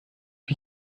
wie